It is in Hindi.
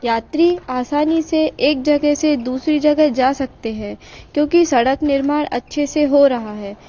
यात्री आसानी से एक जगह से दूसरी जगह जा सकते हैं क्योंकि सड़क निर्माण अच्छे से हो रहा है